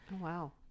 wow